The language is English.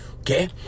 Okay